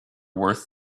worth